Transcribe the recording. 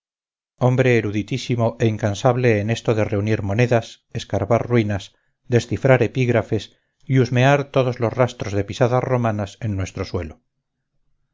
hombre eruditísimo e incansable en esto de reunir monedas escarbar ruinas descifrar epígrafes y husmear todos los rastros de pisadas romanas en nuestro suelo